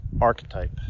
archetype